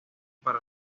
para